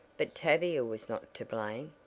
but tavia was not to blame.